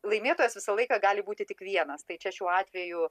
laimėtojas visą laiką gali būti tik vienas tai čia šiuo atveju